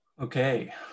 Okay